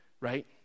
right